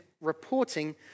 reporting